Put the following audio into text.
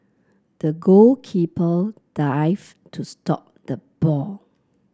the goalkeeper dived to stop the ball